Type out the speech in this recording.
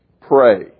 pray